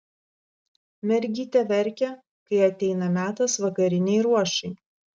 mergytė verkia kai ateina metas vakarinei ruošai